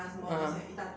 ah